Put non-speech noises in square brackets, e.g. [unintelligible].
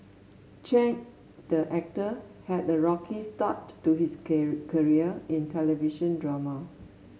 Chen the actor had a rocky start to his [unintelligible] career in television drama